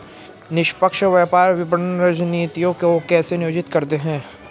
निष्पक्ष व्यापार विपणन रणनीतियों को कैसे नियोजित करते हैं?